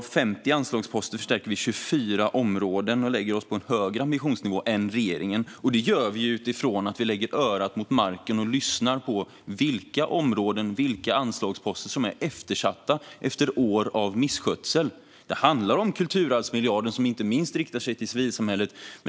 Av 50 anslagsposter förstärker vi 24 områden och lägger oss på en högre ambitionsnivå än regeringen. Detta gör vi eftersom vi har lagt örat mot marken och lyssnat på vilka områden och anslagsposter som blivit eftersatta efter år av misskötsel. Det handlar om kulturarvsmiljarden, som inte minst riktar sig till civilsamhället.